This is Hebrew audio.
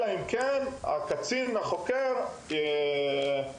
אלא אם כן הקצין החוקר יחליט אחרת,